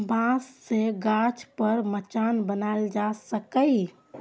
बांस सं गाछ पर मचान बनाएल जा सकैए